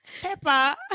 Peppa